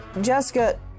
Jessica